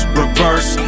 reverse